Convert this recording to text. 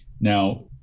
Now